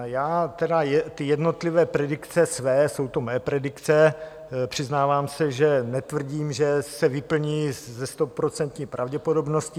Já tedy ty jednotlivé predikce své jsou to mé predikce, přiznávám se, že netvrdím, že se vyplní se stoprocentní pravděpodobností.